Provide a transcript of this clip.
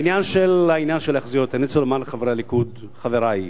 בעניין של ההיאחזויות אני רוצה לומר לחברי הליכוד: חברי,